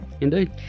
Indeed